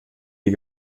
die